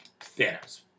Thanos